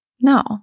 No